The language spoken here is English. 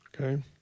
Okay